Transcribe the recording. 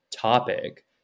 Topic